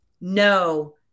no